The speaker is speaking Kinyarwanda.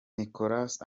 nicolas